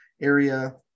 area